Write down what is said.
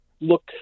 look